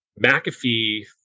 McAfee